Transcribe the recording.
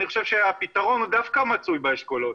אני חושב שהפתרון דווקא מצוי באשכולות